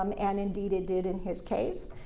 um and indeed, it did in his case.